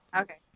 Okay